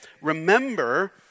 Remember